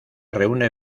reúne